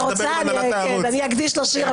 אני רוצה, אקדיש לו שיר.